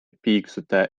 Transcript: piiksutaja